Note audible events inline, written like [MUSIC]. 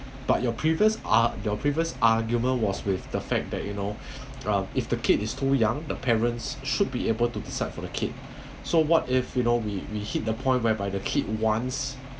but your previous ar~ your previous argument was with the fact that you know [BREATH] um if the kid is too young the parents should be able to decide for the kid so what if you know we we hit the point whereby the kid wants